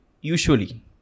Usually